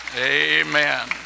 Amen